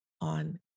on